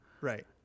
Right